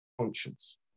conscience